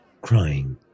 crying